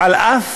אף